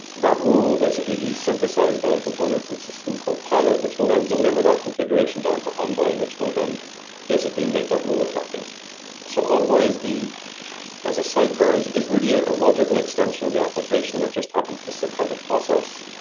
that rule basically be synthesized by a component and system co-pilot, which will then deliver that configuration down to envoy, which will then basically make that rule effective so envoy is the as a sidecar is is really a logical extension of the application that just happens to sit out of process,